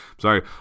sorry